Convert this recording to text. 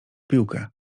piłkę